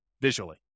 visually